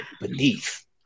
beneath